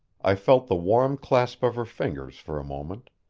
i felt the warm clasp of her fingers for a moment,